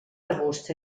arbust